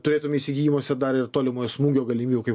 turėtume įsigijimuose dar ir tolimojo smūgio galimybių kaip